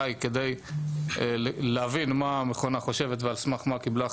כדי להבין מה המכונה חושבת ועל סמך מה קיבלה החלטה.